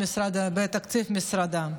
בתקציב משרדה.